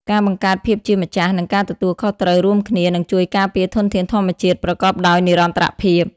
ការបង្កើតភាពជាម្ចាស់ និងការទទួលខុសត្រូវរួមគ្នានឹងជួយការពារធនធានធម្មជាតិប្រកបដោយនិរន្តរភាព។